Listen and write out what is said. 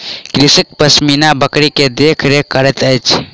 कृषक पश्मीना बकरी के देख रेख करैत अछि